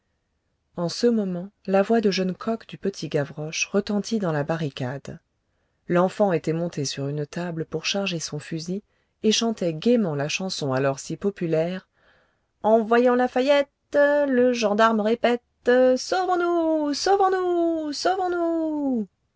en ce moment la voix de jeune coq du petit gavroche retentit dans la barricade l'enfant était monté sur une table pour charger son fusil et chantait gaîment la chanson alors si populaire en voyant lafayette le gendarme répète sauvons-nous sauvons-nous sauvons-nous